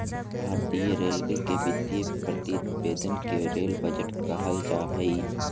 भारतीय रेलवे के वित्तीय प्रतिवेदन के रेल बजट कहल जा हइ